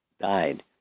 died